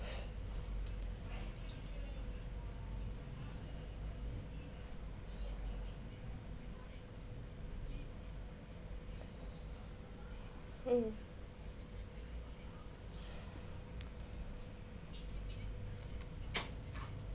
mm